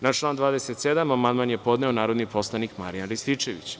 Na član 27. amandman je podneo narodni poslanik Marijan Rističević.